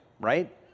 right